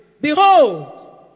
Behold